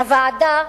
הוועדה,